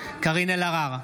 קארין אלהרר,